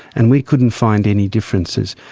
and we couldn't find any differences.